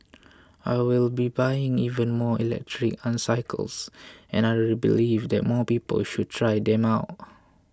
I will be buying even more electric unicycles and I really believe that more people should try them out